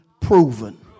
proven